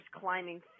climbing